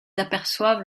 aperçoivent